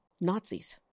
Nazis